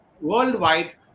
worldwide